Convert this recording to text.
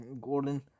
Gordon